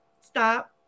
stop